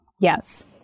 Yes